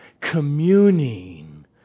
communing